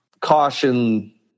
caution